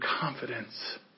confidence